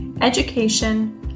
education